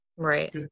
Right